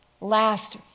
last